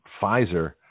Pfizer